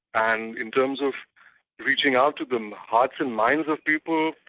and in terms of reaching out to them, hearts and minds of people,